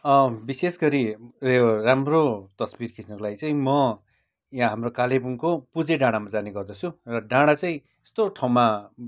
विशेष गरी उयो राम्रो तस्बिर खिच्नुको लागि चाहिँ म यहाँ हाम्रो कालेबुङको पुजे डाँडामा जाने गर्दछु र डाँडा चाहिँ यस्तो ठाउँमा